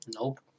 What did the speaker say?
Nope